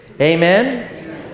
Amen